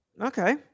Okay